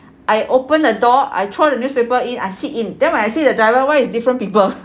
I open the door I throw the newspaper in I sit in then when I see the driver why it's different people